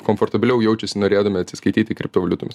komfortabiliau jaučiasi norėdami atsiskaityti kriptovaliutomis